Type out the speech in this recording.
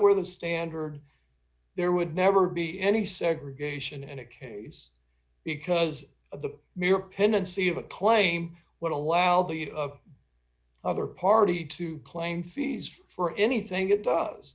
were the standard there would never be any segregation and a case because of the mere pendency of a claim what allow the other party to claim fees for anything it does